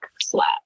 slap